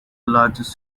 largest